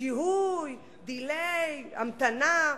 שיהוי, delay, המתנה.